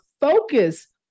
focus